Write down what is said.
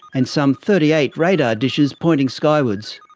and some thirty eight radar dishes pointing skywards.